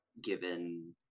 given